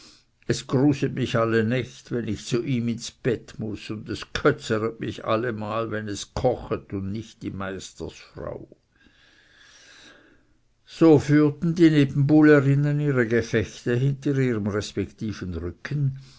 es gruset mich alle nacht wenn ich zu ihm ins bett muß und es kötzeret mich allemal wenn es kochet und nicht die meisterfrau so führten die nebenbuhlerinnen ihre gefechte hinter ihren respektiven rücken